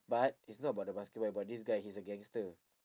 but it's not about the basketball about this guy he's a gangster